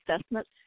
assessments